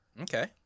Okay